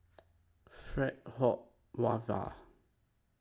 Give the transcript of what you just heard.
Fred Hoy Wava